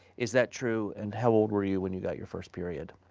is that true? and how old were you when you got your first period?